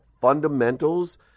fundamentals